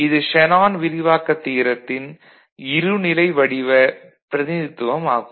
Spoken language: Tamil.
இது ஷேனான் விரிவாக்க தியரத்தின் இருநிலை வடிவ பிரதிநிதித்துவம் ஆகும்